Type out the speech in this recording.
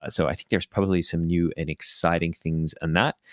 ah so i think there's probably some new and exciting things in that.